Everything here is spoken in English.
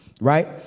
Right